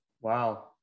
Wow